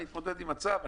אני אתמודד עם הצו,